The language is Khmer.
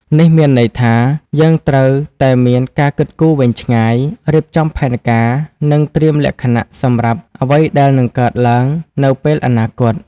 នេះមានន័យថា យើងត្រូវតែមានការគិតគូរវែងឆ្ងាយ រៀបចំផែនការ និងត្រៀមលក្ខណសម្រាប់អ្វីដែលនឹងកើតឡើងនៅពេលអនាគត។